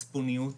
מצפוניות.